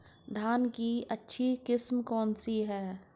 धान की अच्छी किस्म कौन सी है?